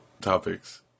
Topics